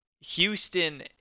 Houston